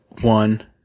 one